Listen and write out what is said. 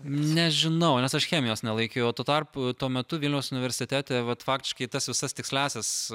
nežinau nes aš chemijos nelaikiau o tuo tarpu tuo metu vilniaus universitete vat faktiškai tas visas tiksliąsias